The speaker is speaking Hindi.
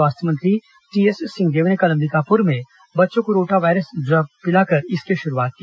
स्वास्थ्य मंत्री टीएस सिंहदेव ने कल अंबिकापुर में बच्चों को रोटा वायरस ड्राप पिलाकर इसकी शुरूआत की